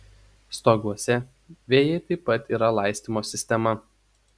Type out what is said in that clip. stoguose vejai taip pat yra laistymo sistema